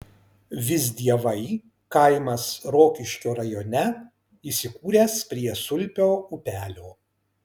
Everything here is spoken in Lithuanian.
visdievai kaimas rokiškio rajone įsikūręs prie sulpio upelio